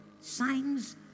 signs